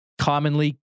commonly